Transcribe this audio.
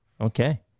Okay